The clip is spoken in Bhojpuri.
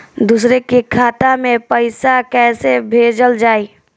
दूसरे के खाता में पइसा केइसे भेजल जाइ?